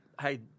hey